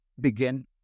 begin